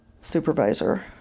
supervisor